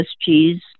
cheese